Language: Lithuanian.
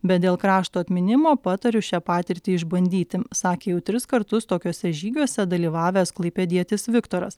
bet dėl krašto atminimo patariu šią patirtį išbandyti sakė jau tris kartus tokiuose žygiuose dalyvavęs klaipėdietis viktoras